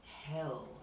hell